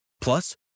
Plus